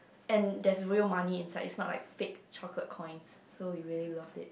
and there's real money inside and it's not like fake chocolate coins so we really loved it